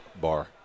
bar